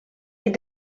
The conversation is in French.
est